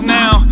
now